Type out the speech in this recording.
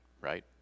right